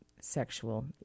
sexual